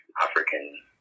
African